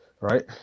right